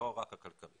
לא רק הכלכלית.